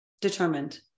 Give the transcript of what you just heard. Determined